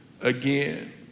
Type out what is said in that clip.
again